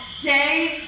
Day